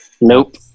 Nope